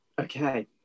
Okay